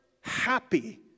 happy